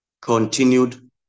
continued